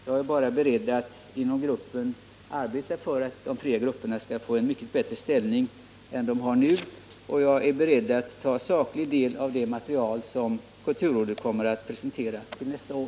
Jag är bara beredd att inom partigruppen arbeta för att de fria grupperna skall få en mycket bättre ställning än de nu har, och jag är beredd att sakligt ta del av det material som kulturrådet kommer att presentera nästa år.